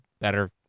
better